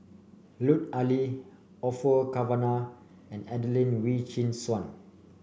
Lut Ali Orfeur Cavenagh and Adelene Wee Chin Suan